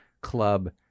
club